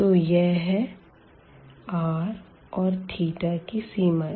तो यह है r और की सीमाएँ